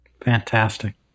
Fantastic